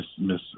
miss